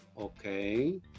okay